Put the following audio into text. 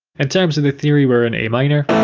in terms of theory, we're in a minor,